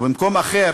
ובמקום אחר: